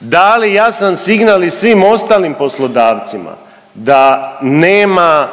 dali jasan signal i svim ostalim poslodavcima da nema